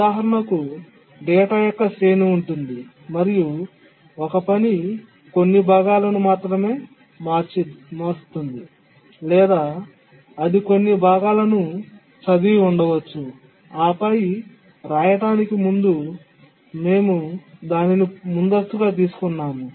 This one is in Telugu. ఉదాహరణకు డేటా యొక్క శ్రేణి ఉంది మరియు ఒక పని కొన్ని భాగాలను మాత్రమే మార్చింది లేదా అది కొన్ని భాగాలను చదివి ఉండవచ్చు ఆపై వ్రాయడానికి ముందు మనం దానిని ముందస్తుగా తీసుకున్నాము